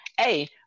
hey